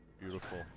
Beautiful